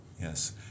Yes